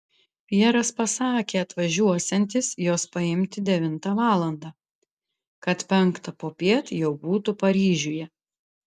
pjeras pasakė atvažiuosiantis jos paimti devintą valandą kad penktą popiet jau būtų paryžiuje